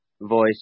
voice